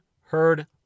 heard